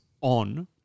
on